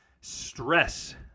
stress